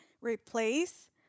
replace